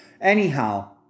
Anyhow